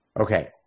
Okay